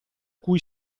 cui